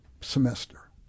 semester